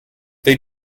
they